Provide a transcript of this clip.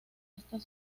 estas